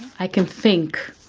i can think.